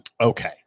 okay